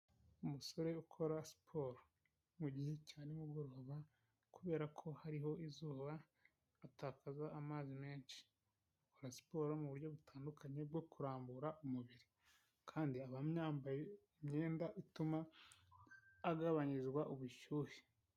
Umusore ukora siporo, mu gihe cya nimugoroba, kubera ko hariho izuba atakaza amazi menshi, akora siporo mu buryo butandukanye bwo kurambura umubiri, kandi aba yambaye imyenda ituma, agabanyirizwa ubushyuhe.